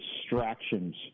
distractions